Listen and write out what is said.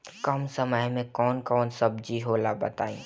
कम समय में कौन कौन सब्जी होला बताई?